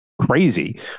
crazy